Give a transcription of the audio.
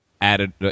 Added